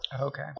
Okay